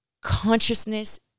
consciousness